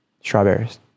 Strawberries